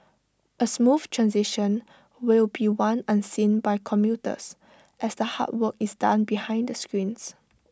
A smooth transition will be one unseen by commuters as the hard work is done behind the scenes